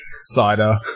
Cider